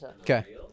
Okay